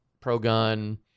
pro-gun